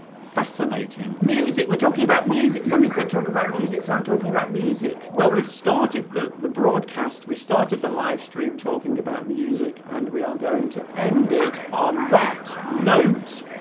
fascinating music we're talking about music somebody said talk about music so i'm talking about music well we started the the broadcast we started the live stream talking about music and we are going to end it on that note